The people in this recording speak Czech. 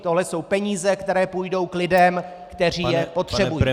Tohle jsou peníze, které půjdou k lidem, kteří je potřebují.